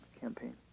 campaign